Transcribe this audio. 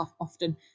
often